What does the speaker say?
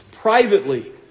privately